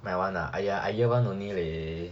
my [one] ah !aiya! I year one only leh